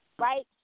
Right